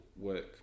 work